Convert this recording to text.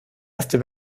erste